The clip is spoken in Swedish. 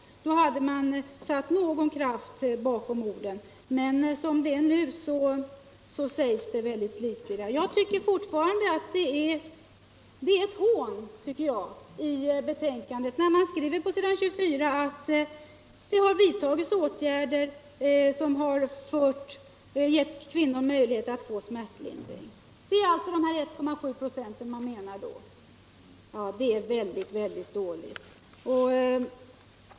Då hade utskottet satt någon kraft bakom orden. Men som det nu är sägs det väldigt litet. eS Jag tvcker fortfarande att det är ett hån att utskottet på s. 24 i betänkandet skriver att det har vidtagits åtgärder som har gett kvinnor möjlighet att få smärtlindring. Det är alltså de 1,7 procenten som menas där. Det är väldigt dåligt att skriva så.